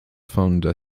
founder